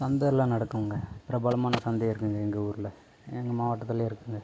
சந்தையெல்லாம் நடக்குங்க பிரபலமான சந்தை இருக்குங்க எங்கள் ஊரில் எங்கள் மாவட்டத்துலேயே இருக்குங்க